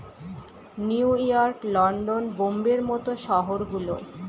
new York, London, বোম্বের মত শহর গুলো